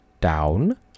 down